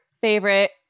favorite